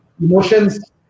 emotions